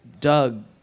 Doug